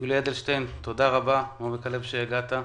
יולי אדלשטיין, תודה רבה, אני מאוד שמח שהגעת.